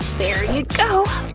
there you go.